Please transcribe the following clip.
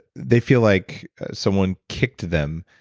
they feel like someone kicked them,